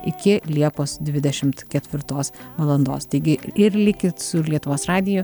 iki liepos dvidešimt ketvirtos valandos taigi ir likit su lietuvos radiju